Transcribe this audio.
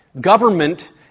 Government